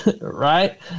right